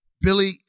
Billy